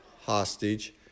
hostage